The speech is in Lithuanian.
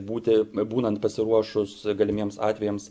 būti būnant pasiruošus galimiems atvejams